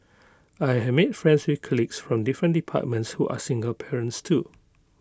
I have made friends with colleagues from different departments who are single parents too